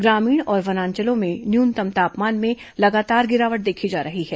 ग्रामीण और वनांचलों में न्यूनतम तापमान में लगातार गिरावट देखी जा रही है